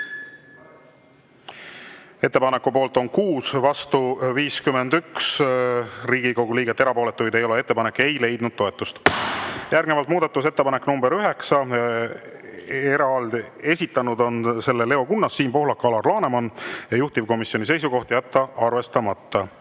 Ettepaneku poolt on 6, vastu 51 Riigikogu liiget, erapooletuid ei ole. Ettepanek ei leidnud toetust. Järgnevalt muudatusettepanek nr 9, selle on esitanud Leo Kunnas, Siim Pohlak ja Alar Laneman, juhtivkomisjoni seisukoht on jätta arvestamata.